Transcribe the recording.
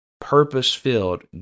purpose-filled